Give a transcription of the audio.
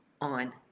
on